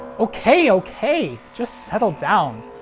ok, ok, just, settle down!